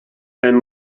wenn